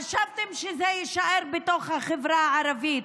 חשבתם שזה יישאר בתוך החברה הערבית.